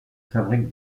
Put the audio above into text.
fabrique